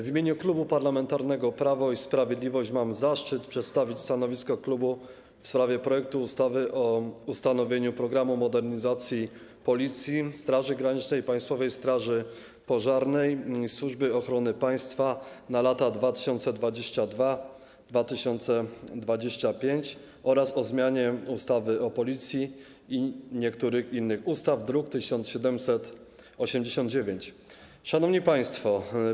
W imieniu Klubu Parlamentarnego Prawo i Sprawiedliwość mam zaszczyt przedstawić stanowisko klubu w sprawie projektu ustawy o ustanowieniu „Programu modernizacji Policji, Straży Granicznej, Państwowej Straży Pożarnej i Służby Ochrony Państwa w latach 2022-2025” oraz o zmianie ustawy o Policji i niektórych innych ustaw, druk nr 1789. Szanowni Państwo!